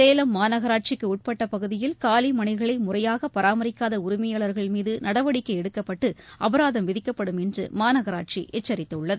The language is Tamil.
சேலம் மாநகராட்சிக்கு உட்பட்ட பகுதியில் காலி மனைகளை முறையாக பராமரிக்காத உரிமையாளர்கள் மீது நடவடிக்கை எடுக்கப்பட்டு அபராதம் விதிக்கப்படும் என்று மாநகராட்சி எச்சரித்துள்ளது